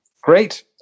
Great